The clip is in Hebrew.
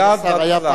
כבוד השר,